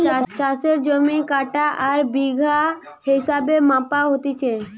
চাষের জমি কাঠা আর বিঘা হিসেবে মাপা হতিছে